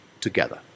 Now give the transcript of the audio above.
together